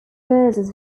versus